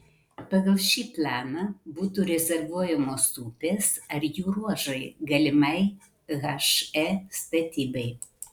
pagal šį planą būtų rezervuojamos upės ar jų ruožai galimai he statybai